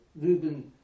Ruben